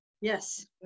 yes